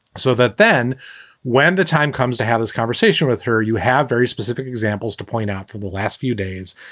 so that then when the time comes to have this conversation with her, you have very specific examples to point out for the last few days.